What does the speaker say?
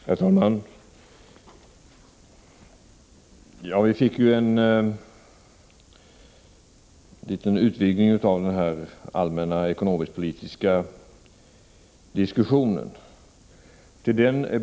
Herr talman! Vi har fått en liten utvidgning av denna allmänna ekonomiskpolitiska diskussion.